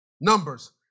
Numbers